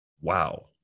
Wow